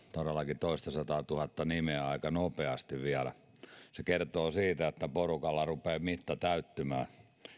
todellakin toistasataatuhatta nimeä aika nopeasti vielä se kertoo siitä että porukalla rupeaa mitta täyttymään